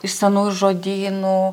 iš senųjų žodynų